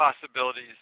possibilities